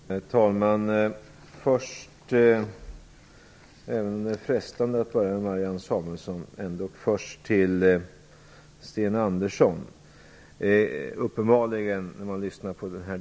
Fru talman! Det är frestande att börja med Marianne Samuelssons fråga, men jag skall ändå först vända mig till Sten Andersson.